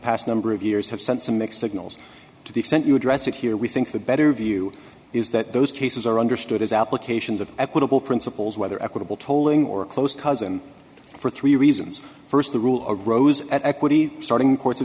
past number of years have sent some mixed signals to the extent you address it here we think the better view is that those cases are understood as applications of equitable principles whether equitable tolling or a close cousin for three reasons st the rule or rose at equity starting in courts